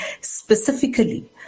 specifically